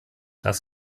das